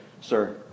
sir